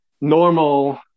normal